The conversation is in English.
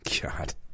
God